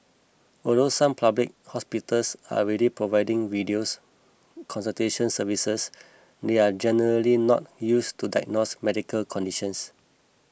although some public hospitals are already providing videos consultations services they are generally not used to diagnose medical conditions